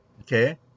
Okay